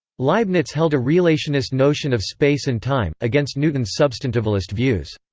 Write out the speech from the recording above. leibniz held a relationist notion of space and time, against newton's substantivalist views.